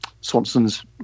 Swanson's